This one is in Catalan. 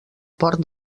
port